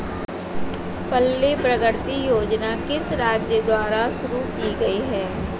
पल्ले प्रगति योजना किस राज्य द्वारा शुरू की गई है?